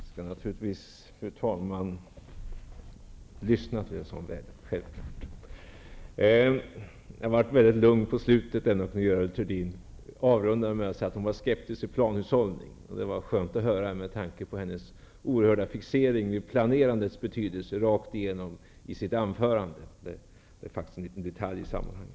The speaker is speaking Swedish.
Fru talman! Jag skall naturligtvis hörsamma en sådan vädjan. Fru talman! Jag blev mycket lugn i slutet av Görel Thurdins anförande, då hon sade att hon var skeptisk till planhushållning. Det var skönt att höra med tanke på hennes oerhörda fixering vid planerandets betydelse rakt igenom i sitt anförande. Det är faktiskt en liten detalj i sammanhanget.